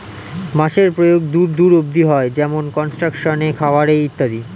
বাঁশের প্রয়োগ দূর দূর অব্দি হয়, যেমন কনস্ট্রাকশন এ, খাবার এ ইত্যাদি